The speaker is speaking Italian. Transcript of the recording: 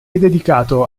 dedicato